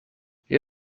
you